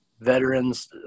Veterans